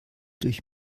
durch